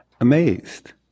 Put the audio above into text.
amazed